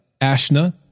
Ashna